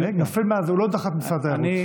הוא לא תחת משרד התיירות,